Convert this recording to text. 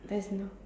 there's no